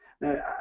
Now